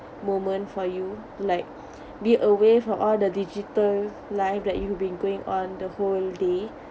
moment for you like be away from all the digital life that you've been going on the whole day